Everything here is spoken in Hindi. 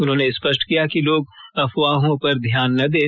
उन्होंने स्पष्ट किया कि लोग अफवाहों पर ध्यान न दें